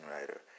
writer